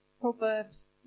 Proverbs